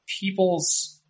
people's